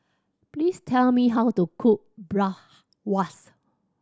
please tell me how to cook